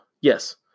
Yes